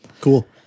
Cool